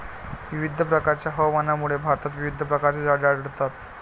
विविध प्रकारच्या हवामानामुळे भारतात विविध प्रकारची झाडे आढळतात